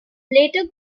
later